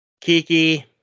Kiki